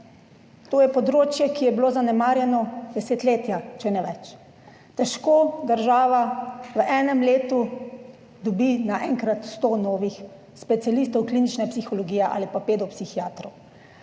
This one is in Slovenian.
To je področje, ki je bilo zanemarjano desetletja, če ne več. Težko država v enem letu dobi naenkrat sto novih specialistov klinične psihologije ali pa pedopsihiatrov,